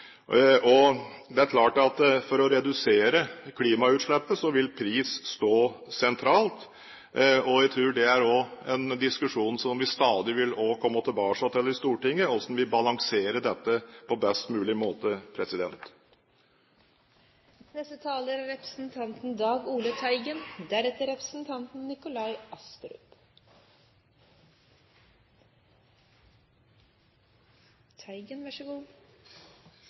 Det er klart at for å redusere klimautslippet vil pris stå sentralt. Jeg tror det også er en diskusjon som vi stadig vil komme tilbake til i Stortinget, og som vil balansere dette på best mulig måte. Jeg synes det er